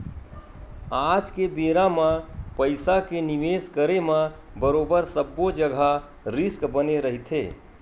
आज के बेरा म पइसा के निवेस करे म बरोबर सब्बो जघा रिस्क बने रहिथे